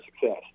success